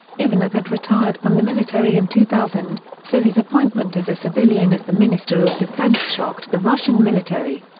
ivanov had retired from the military in two thousand, so his appointment as a civilian as the minister of defence shocked the russian military.